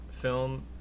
film